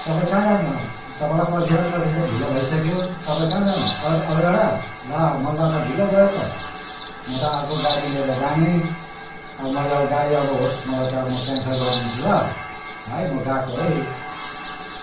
तपाईँ कहाँ जानु भएको तपाईँलाई पर्खिँदा पर्खिँदा ढिलो भइसक्यो तपाईँ कहाँ जानुहुन्छ अल अलगडा ला मलाई त ढिलो भयो त म त अर्को गाडी लिएर जाने अब म यो गाडी अब होस् मलाई क्या क्यान्सल गरिदिन्छु ल भाइ म गएको है